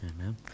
Amen